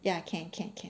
ya can can can